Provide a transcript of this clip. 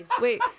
Wait